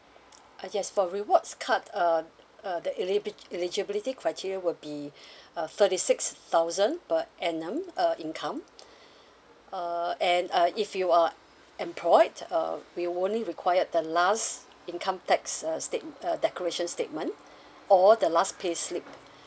uh yes for rewards card uh uh the elibig~ eligibility criteria will be uh thirty six thousand per annum uh income uh and uh if you are employed uh we only required the last income tax uh state~ uh declaration statement or the last payslip